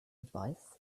advice